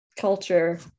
culture